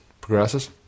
progresses